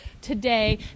today